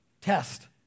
test